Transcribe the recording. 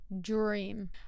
dream